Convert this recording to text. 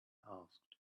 asked